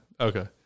okay